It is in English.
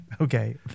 Okay